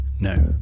No